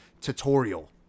tutorial